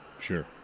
Sure